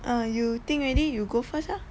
err you think already you go first lah